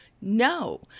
No